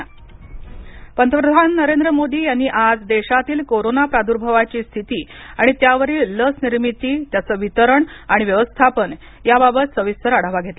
पंतप्रधान आढावा पंतप्रधान नरेंद्र मोदी यांनी आज देशातील कोरोना प्रादुर्भावाची स्थिती आणि त्यावरील लस निर्मिती त्याचं वितरण आणि व्यवस्थापन याबाबत सविस्तर आढावा घेतला